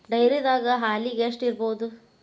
ಡೈರಿದಾಗ ಹಾಲಿಗೆ ಎಷ್ಟು ಇರ್ಬೋದ್?